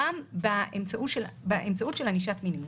גם באמצעות ענישה פלילית.